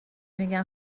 میگن